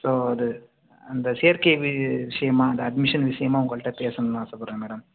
so அது அந்த சேர்க்கை விஷயமாக அது அட்மிஷன் விஷயமாக உங்கள்கிட்ட பேசணும்னு நான் ஆசைப்பட்றேன் மேடம்